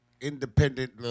independent